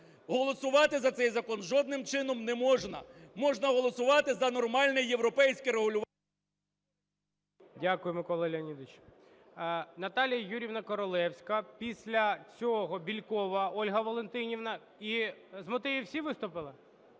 Голосувати за цей закон жодним чином не можна. Можна голосувати за нормальне європейське регулювання.... ГОЛОВУЮЧИЙ. Дякую, Микола Леонідович. Наталія Юріївна Королевська. Після цього – Бєлькова Ольга Валентинівна і... З мотивів всі виступили?